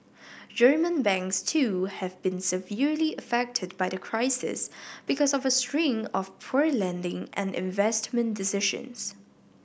German banks too have been severely affected by the crisis because of a string of poor lending and investment decisions